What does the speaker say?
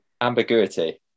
Ambiguity